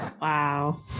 Wow